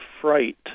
fright